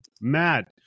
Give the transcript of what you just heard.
Matt